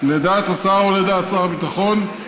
לדעת השר, או לדעת שר הביטחון,